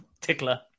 tickler